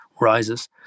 rises